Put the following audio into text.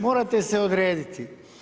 Morate se odrediti.